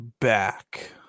back